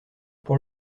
pour